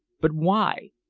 but why?